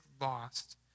lost